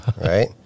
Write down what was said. right